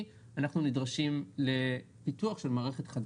אנחנו נדרשים לפיתוח של מערכת חדשה.